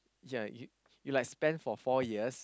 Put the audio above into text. ya you you like spend for four years